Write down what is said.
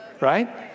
right